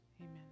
amen